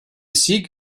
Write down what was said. sieg